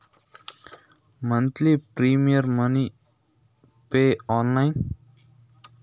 Online ನಲ್ಲಿ monthly premier ಕಾಸ್ ಕಟ್ಲಿಕ್ಕೆ ಆಗ್ತದಾ?